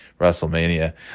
WrestleMania